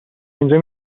اینجا